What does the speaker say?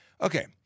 Okay